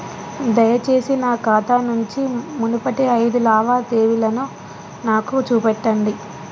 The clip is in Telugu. దయచేసి నా ఖాతా నుంచి మునుపటి ఐదు లావాదేవీలను నాకు చూపెట్టండి